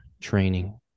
training